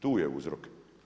Tu je uzrok.